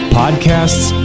podcasts